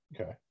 Okay